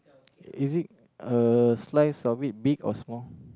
is it a slice of it big or small